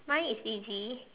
mine is easy